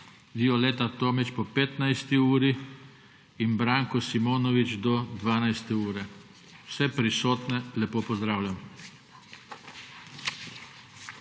Violeta Tomić po 15. uri in Branko Simonovič do 12. ure. Vse prisotne lepo pozdravljam!